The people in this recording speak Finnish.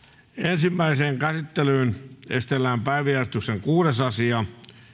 ensimmäiseen käsittelyyn esitellään päiväjärjestyksen kuudes asia